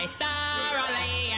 thoroughly